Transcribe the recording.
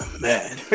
Man